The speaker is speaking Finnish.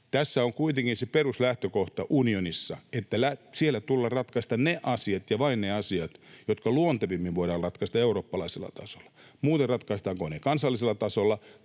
Tässä on kuitenkin se peruslähtökohta unionissa, että siellä tulee ratkaista ne asiat ja vain ne asiat, jotka luontevimmin voidaan ratkaista eurooppalaisella tasolla. Muuten se, ratkaistaanko ne kansallisella tasolla